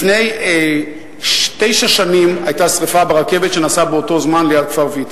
לפני תשע שנים היתה שרפה ברכבת שנסעה באותו זמן ליד כפר-ויתקין.